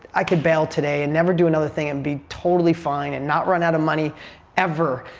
i could bail today and never do another thing and be totally fine and not run out of money ever.